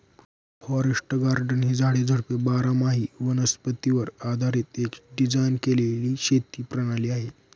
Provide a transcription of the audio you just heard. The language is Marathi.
फॉरेस्ट गार्डन ही झाडे, झुडपे बारामाही वनस्पतीवर आधारीत एक डिझाइन केलेली शेती प्रणाली आहे